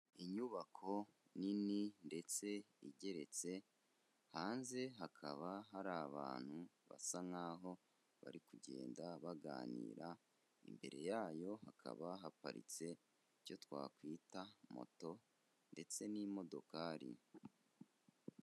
Inyubako nini ndetse igeretse, hanze hakaba hari abantu basa nk'aho bari kugenda baganira imbere yayo hakaba haparitse icyo twakwita moto ndetse n'imodokari.